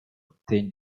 obtain